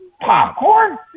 popcorn